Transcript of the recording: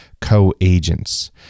co-agents